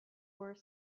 were